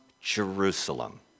Jerusalem